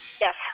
Yes